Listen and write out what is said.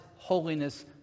Holiness